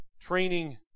training